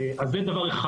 זה דבר אחד.